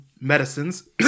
medicines